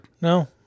No